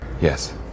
Yes